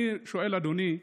אני שואל, אדוני: